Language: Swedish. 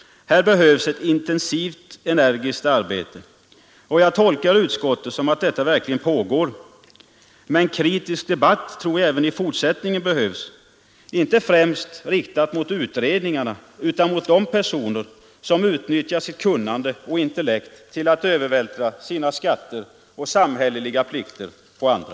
Här behövs ett intensivt och energiskt arbete. Och jag tolkar utskottets betänkande så att detta verkligen pågår. Men kritisk debatt tror jag även i fortsättningen behövs, inte främst riktad mot utredningarna utan mot de personer som utnyttjar sitt kunnande och intellekt till att övervältra sina skatter och samhälleliga plikter på andra.